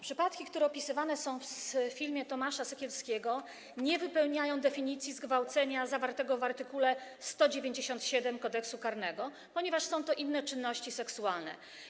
Przypadki, które są opisywane w filmie Tomasza Sekielskiego, nie wypełniają definicji zgwałcenia zawartej w art. 197 Kodeksu karnego, ponieważ to są inne czynności seksualne.